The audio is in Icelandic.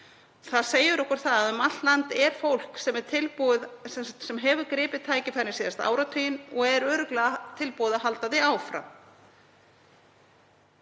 Það segir okkur að um allt land er fólk sem hefur gripið tækifærið síðasta áratuginn og er örugglega tilbúið að halda því áfram.